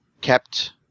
kept